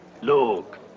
Look